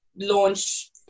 launch